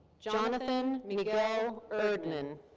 jonathan miguel erdman.